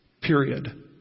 Period